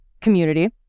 community